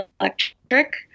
Electric